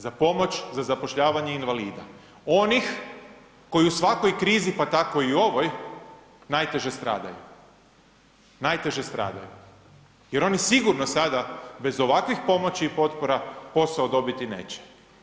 Za pomoć za zapošljavanje invalida, onih koji u svakoj krizi, pa tako i ovoj, najteže stradaju, najteže stradaju jer oni sigurno sada bez ovakvih pomoći i potpora posao dobiti neće.